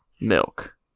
milk